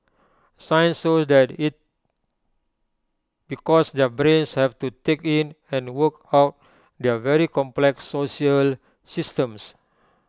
science shows that IT because their brains have to take in and work out their very complex social systems